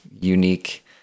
unique